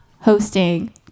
hosting